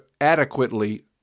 adequately